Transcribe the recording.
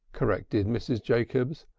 corrected mrs. jacobs,